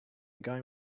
guy